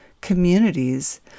communities